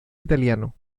italiano